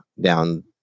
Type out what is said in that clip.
down